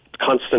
constant